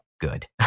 good